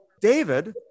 David